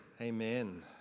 amen